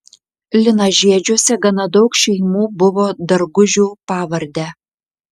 linažiedžiuose gana daug šeimų buvo dargužių pavarde